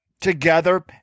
together